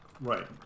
right